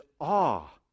awe